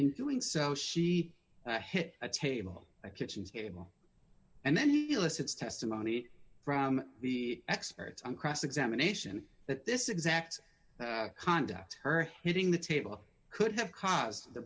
in doing so she hit a table a kitchen table and then he elicits testimony from the experts on cross examination that this exact conduct her hitting the table could have caused the